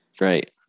Right